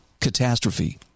catastrophe